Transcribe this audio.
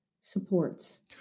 supports